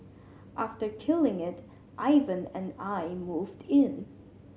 after killing it Ivan and I moved in